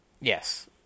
Yes